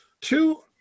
two